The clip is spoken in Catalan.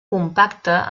compacta